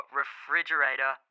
refrigerator